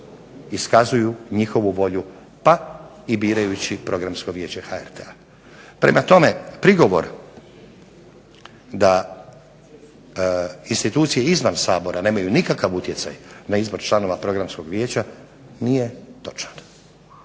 iskazuju njihovu volju, pa i birajući Programsko vijeće HRT-a. Prema tome prigovor da institucije izvan Sabora nemaju nikakav utjecaj na izbor članova Programskog vijeća nije točan.